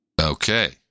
Okay